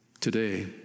today